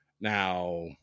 Now